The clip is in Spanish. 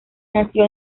nació